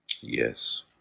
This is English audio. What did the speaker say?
Yes